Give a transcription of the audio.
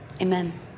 amen